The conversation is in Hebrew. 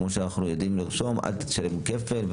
כמו שאנחנו יודעים לרשום אל תשלם כפל.